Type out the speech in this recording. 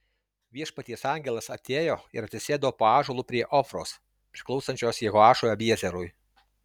viešpaties angelas atėjo ir atsisėdo po ąžuolu prie ofros priklausančios jehoašui abiezerui